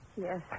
Yes